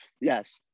yes